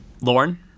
Lauren